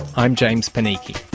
i'm james panichi